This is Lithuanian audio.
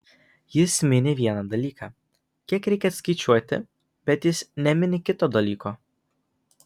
jis mini vieną dalyką kiek reikia atskaičiuoti bet jis nemini kito dalyko